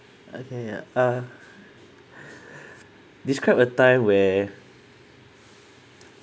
okay ya uh describe a time where